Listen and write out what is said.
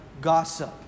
gossip